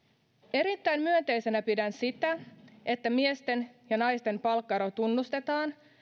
erittäin myönteisenä pidän sitä että miesten ja naisten palkkaero tunnustetaan